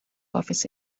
office